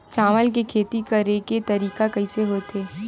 चावल के खेती करेके तरीका कइसे होथे?